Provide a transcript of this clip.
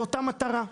לאותה מטרה.